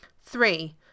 Three